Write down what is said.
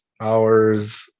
hours